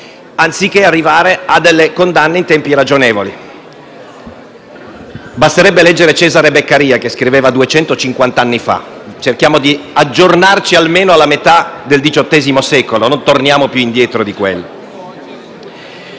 anziché arrivare a condanne in tempi ragionevoli. Basterebbe leggere Cesare Beccaria che scriveva duecentocinquanta anni fa; cerchiamo di aggiornarci almeno alla metà del XVIII secolo, non torniamo più indietro di quello.